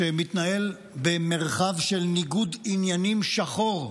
שמתנהל במרחב של ניגוד עניינים שחור משחור,